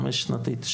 חמש שנתית,